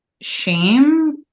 shame